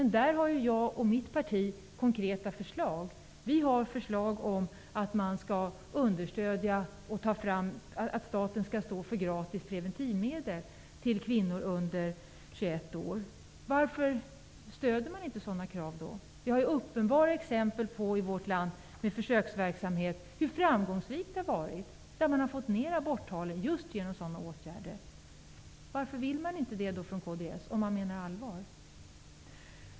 Jag och mitt parti har därför lagt fram konkreta förslag om att staten skall stå för gratis preventivmedel till kvinnor under 21 år. Varför stöder inte kds sådana krav? Det finns i vårt land uppenbara exempel på att sådan försöksverksamhet har varit framgångsrik, och aborttalen har gått ned just genom sådana åtgärder. Varför vill inte kds gå med på det, om man menar allvar?